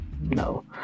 no